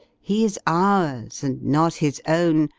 he s ours and not his own.